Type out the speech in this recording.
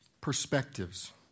perspectives